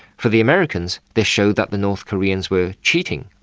for the americans, this showed that the north koreans were cheating.